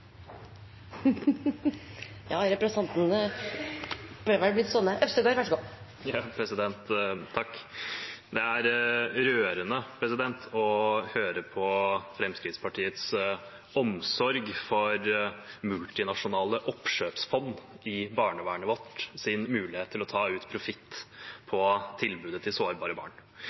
rørende å høre på Fremskrittspartiets omsorg for multinasjonale oppkjøpsfond i barnevernet vårt og deres mulighet til å ut profitt på tilbudet til sårbare barn.